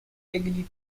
agree